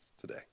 today